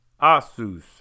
Asus